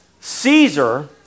Caesar